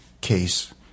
case